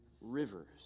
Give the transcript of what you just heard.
rivers